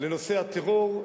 לנושא הטרור,